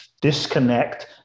disconnect